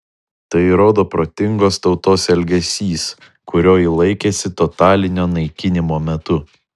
tai įrodo protingos tautos elgesys kurio ji laikėsi totalinio naikinimo metu